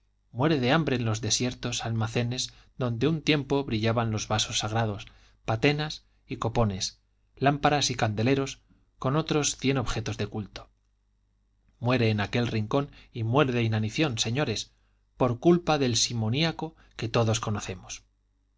muere de hambre en los desiertos almacenes donde un tiempo brillaban los vasos sagrados patenas y copones lámparas y candeleros con otros cien objetos del culto muere en aquel rincón y muere de inanición señores por culpa del simoniaco que todos conocemos